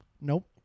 Nope